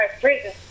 prison